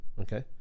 okay